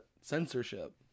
censorship